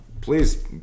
please